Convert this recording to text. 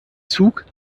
zug